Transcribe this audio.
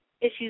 issues